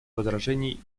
возражений